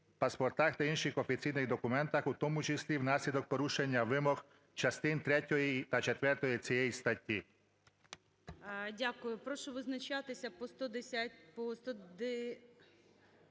паспортах та інших офіційних документах, у тому числі в наслідок порушення вимог частин третьої та четвертої цієї статті".